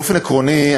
באופן עקרוני,